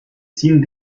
ziehen